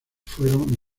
fueron